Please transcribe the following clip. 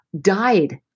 died